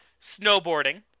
Snowboarding